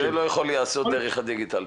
זה לא יכול להיעשות דרך הדיגיטל.